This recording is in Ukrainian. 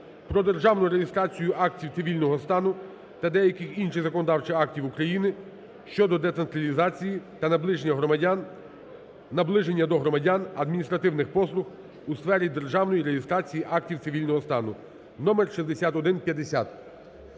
"Про державну реєстрацію актів цивільного стану" та деяких інших законодавчих актів України щодо децентралізації та наближення до громадян адміністративних послуг у сфері державної реєстрації актів цивільного стану (№ 6150).